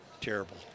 terrible